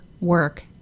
work